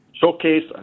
showcase